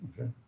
okay